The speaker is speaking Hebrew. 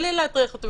בלי להטריח אותו,